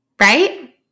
right